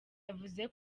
yavuze